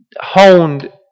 honed